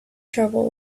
trouble